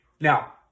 Now